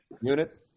unit